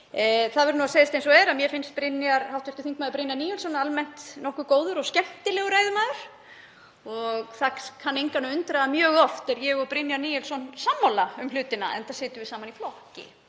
Það verður að segjast eins og er að mér finnst hv. þm. Brynjar Níelsson almennt nokkuð góður og skemmtilegur ræðumaður og það kann engan að undra að mjög oft erum við Brynjar Níelsson sammála um hlutina enda erum við í sama flokki.